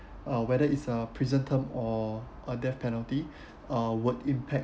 uh whether it's a prison term or a death penalty uh would impact